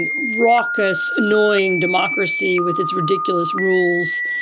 and raucous, annoying democracy with its ridiculous rules,